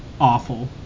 awful